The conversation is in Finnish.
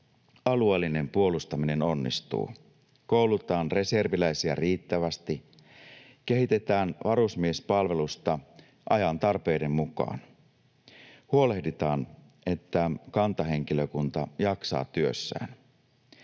alueellinen puolustaminen onnistuu. Koulutetaan reserviläisiä riittävästi, kehitetään varusmiespalvelusta ajan tarpeiden mukaan, huolehditaan, että kantahenkilökunta jaksaa työssään,